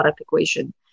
equation